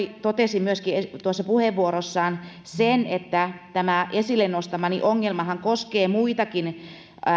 totesi puheenvuorossaan myöskin sen että tämä esille nostamani ongelmahan koskee muitakin